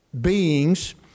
beings